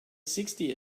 sixty